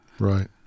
Right